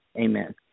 Amen